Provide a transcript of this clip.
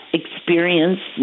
experience